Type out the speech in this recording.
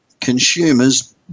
consumers